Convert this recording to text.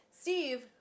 Steve